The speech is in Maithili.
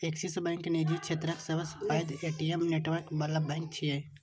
ऐक्सिस बैंक निजी क्षेत्रक सबसं पैघ ए.टी.एम नेटवर्क बला बैंक छियै